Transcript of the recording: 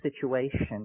situation